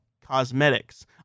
cosmetics